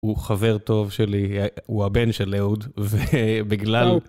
הוא חבר טוב שלי, הוא הבן של אהוד, ובגלל...